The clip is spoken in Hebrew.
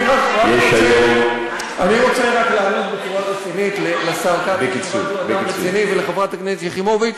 אני רק רוצה לענות בצורה רצינית לשר כץ ולחברת הכנסת יחימוביץ.